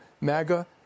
MAGA